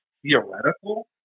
theoretical